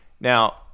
Now